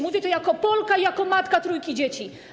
Mówię to jako Polka i jako matka trójki dzieci.